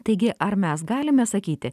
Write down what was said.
taigi ar mes galime sakyti